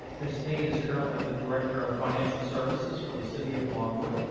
miss snead is currently the director of financial services for the city of longwood.